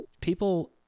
People